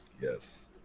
yes